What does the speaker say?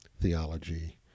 theology